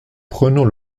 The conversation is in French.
prenant